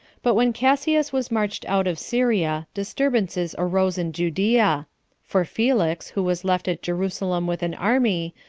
but when cassius was marched out of syria, disturbances arose in judea for felix, who was left at jerusalem with an army,